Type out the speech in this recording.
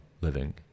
living